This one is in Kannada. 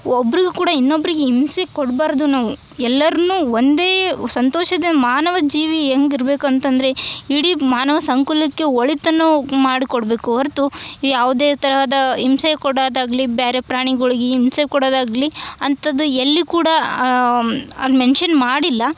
ಒಬ್ಬರು ಕೂಡ ಇನ್ನೊಬ್ಬರಿಗೆ ಇಂಸೆ ಕೊಡ್ಬಾರದು ನಾವು ಎಲ್ಲರ್ನು ಒಂದೇ ಸಂತೋಷದ ಮಾನವ ಜೀವಿ ಹೆಂಗೆ ಇರ್ಬೇಕು ಅಂತಂದರೆ ಇಡೀ ಮಾನವ ಸಂಕುಲಕ್ಕೆ ಒಳಿತನ್ನು ಮಾಡಿ ಕೊಡಬೇಕು ಹೊರ್ತು ಯಾವುದೇ ತರಹದ ಹಿಂಸೆ ಕೊಡೋದು ಆಗಲಿ ಬ್ಯಾರೆ ಪ್ರಾಣಿಗಳಿಗೆ ಹಿಂಸೆ ಕೊಡೋದು ಆಗಲಿ ಅಂಥದ್ದು ಎಲ್ಲಿ ಕೂಡ ಅವ್ರು ಮೆನ್ಶನ್ ಮಾಡಿಲ್ಲ